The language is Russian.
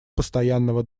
постоянного